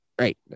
Right